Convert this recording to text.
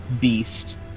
beast